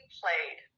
played